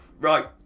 Right